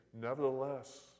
nevertheless